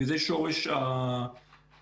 וזה השורש הסיבה